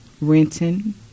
renting